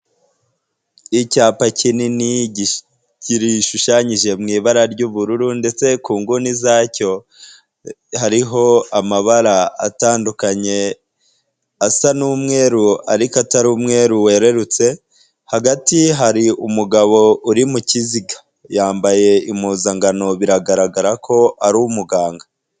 Icyapa kinini gishushanyije mu ibara ry'ubururu ndetse ku nguni zacyo hariho amabara atandukanye. Asa n'umweru ariko atari umweru werutse, hagati hari umugabo uri mu kiziga yambaye impuzankano biragaragara ko ari umuganga.